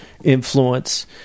Influence